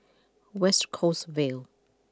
West Coast Vale